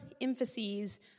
emphases